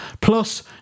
Plus